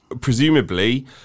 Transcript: presumably